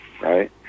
right